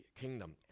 kingdom